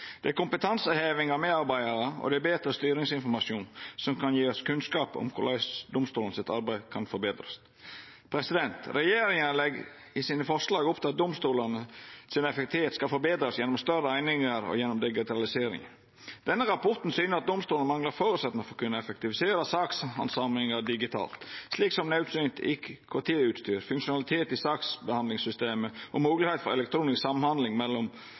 Det er kompetanseheving av medarbeidarar og betre styringsinformasjon som kan gje oss kunnskap om korleis domstolane sitt arbeid kan forbetrast. Regjeringa legg i forslaga sine opp til at domstolane sin effektivitet skal verta forbetra gjennom større einingar og gjennom digitalisering. Denne rapporten syner at domstolane manglar føresetnader for å kunna effektivisera sakshandsaming digitalt, slik som naudsynt IKT-utstyr, funksjonalitet i saksbehandlingssystemet og moglegheit for elektronisk samhandling mellom